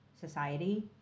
society